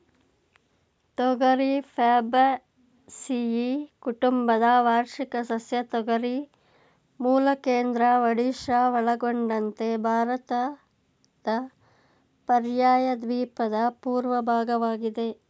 ತೊಗರಿ ಫ್ಯಾಬೇಸಿಯಿ ಕುಟುಂಬದ ವಾರ್ಷಿಕ ಸಸ್ಯ ತೊಗರಿ ಮೂಲ ಕೇಂದ್ರ ಒಡಿಶಾ ಒಳಗೊಂಡಂತೆ ಭಾರತದ ಪರ್ಯಾಯದ್ವೀಪದ ಪೂರ್ವ ಭಾಗವಾಗಿದೆ